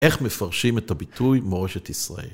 איך מפרשים את הביטוי מורשת ישראל?